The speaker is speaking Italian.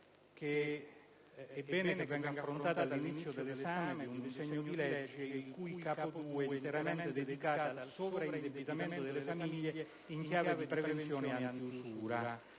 che è bene che venga affrontata all'inizio dell'esame di un disegno di legge il cui Capo II è interamente dedicato al sovraindebitamento delle famiglie in chiave di prevenzione antiusura.